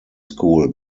school